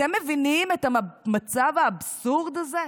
אתם מבינים את המצב האבסורדי הזה?